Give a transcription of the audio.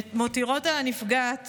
מותירות על הנפגעת